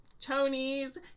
Tony's